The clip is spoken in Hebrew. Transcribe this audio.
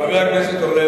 חבר הכנסת אורלב,